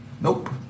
Nope